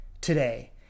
today